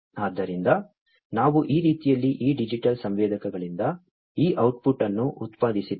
ಆದ್ದರಿಂದ ನಾವು ಈ ರೀತಿಯಲ್ಲಿ ಈ ಡಿಜಿಟಲ್ ಸಂವೇದಕಗಳಿಂದ ಈ ಔಟ್ಪುಟ್ ಅನ್ನು ಉತ್ಪಾದಿಸಿದ್ದೇವೆ